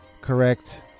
correct